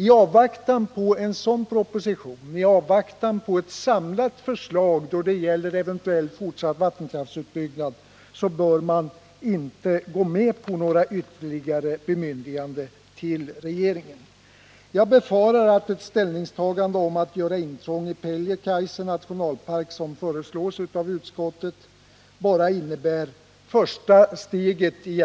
I avvaktan på en sådan proposition och på ett samlat förslag om vattenkraften bör man inte gå med på några ytterligare bemyndiganden till regeringen. Jag befarar att ett tillstånd att göra intrång i Pieljekaise nationalpark, vilket har föreslagits av utskottet, egentligen bara innebär det första steget i